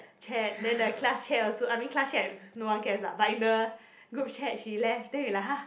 chat then the class chat also I mean class chat no one cares lah but in the group chat she left then we like !huh!